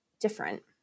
different